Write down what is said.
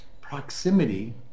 proximity